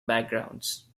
backgrounds